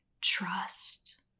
trust